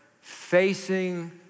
facing